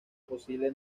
posible